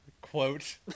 Quote